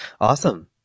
Awesome